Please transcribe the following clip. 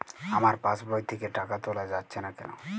আমার পাসবই থেকে টাকা তোলা যাচ্ছে না কেনো?